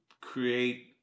create